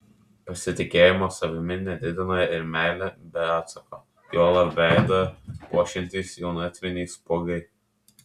pasitikėjimo savimi nedidina ir meilė be atsako juolab veidą puošiantys jaunatviniai spuogai